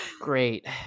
great